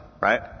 right